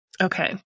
Okay